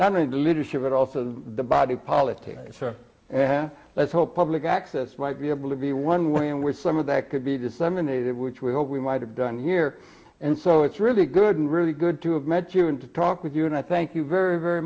do leadership but also the body politic and let's hope public access might be able to be one way in which some of that could be disseminated which we hope we might have done here and so it's really good and really good to have met you and to talk with you and i thank you very very